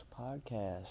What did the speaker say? podcast